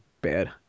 bad